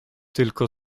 tylko